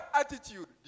attitude